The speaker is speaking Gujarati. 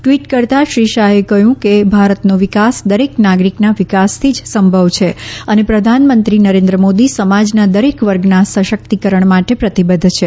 ટ્વીટ કરતાં શ્રી શાહે કહ્યું કે ભારતનો વિકાસ દરેક નાગરિકના વિકાસથી જ સંભવ છે અને પ્રધાનમંત્રી નરેન્દ્ર મોદી સમાજના દરેક વર્ગના સશક્તિકરણ માટે પ્રતિબધ્ધ છે